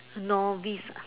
novice ah